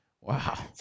Wow